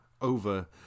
over